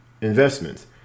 investments